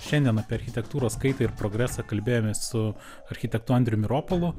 šiandien apie architektūros kaitą ir progresą kalbėjomės su architektu andriumi ropolu